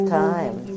time